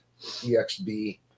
EXB